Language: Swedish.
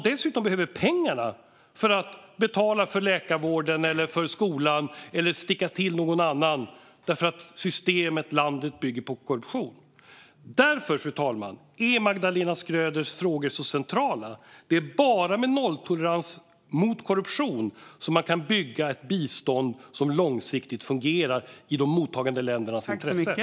Dessutom behöver man pengarna för att betala för läkarvård eller skola eller för att sticka till någon annan eftersom systemet i landet bygger på korruption. Av detta skäl, fru talman, är Magdalena Schröders frågor så centrala. Det är bara genom nolltolerans mot korruption som man kan bygga ett bistånd som långsiktigt fungerar i de mottagande ländernas intresse.